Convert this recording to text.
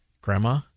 Grandma